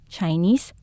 Chinese